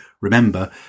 remember